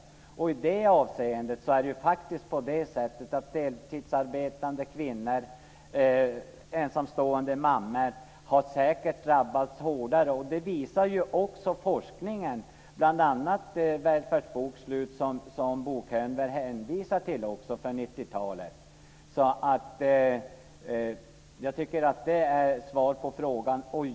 Och i det avseendet har faktiskt deltidsarbetande kvinnor och ensamstående mammor säkert drabbats hårdare. Och det visar också forskningen, bl.a. det välfärdsbokslut för 90-talet som Bo Könberg hänvisade till. Jag tycker att det är svar på frågan.